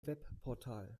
webportal